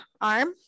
arm